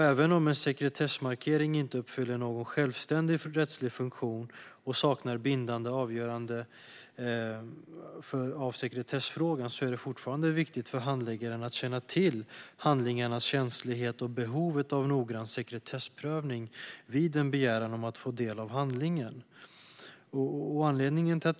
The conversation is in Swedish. Även om en sekretessmarkering inte fyller någon självständig rättslig funktion och saknar bindande avgörande när det gäller sekretessfrågan är det fortfarande viktigt för handläggaren att känna till handlingarnas känslighet och behovet av noggrann sekretessprövning vid en begäran om att få ta del av handlingen.